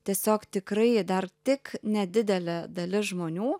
tiesiog tikrai dar tik nedidelė dalis žmonių